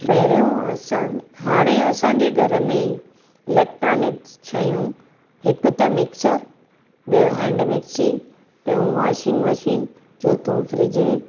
पहिरियों असां हाणे असांजे घर में इलेक्ट्रोनिक शयूं हिकु त मिक्सर ॿियो हैंड मिक्सी टियो वाशिंग मशीन चौथो फ्रिज़